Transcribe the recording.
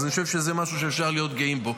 אז אני חושב שזה משהו שאפשר להיות גאים בו.